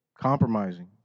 compromising